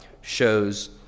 shows